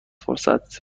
فرصت